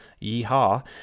Yeehaw